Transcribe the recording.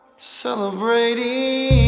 Celebrating